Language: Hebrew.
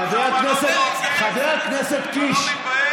חבר הכנסת קיש.